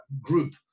group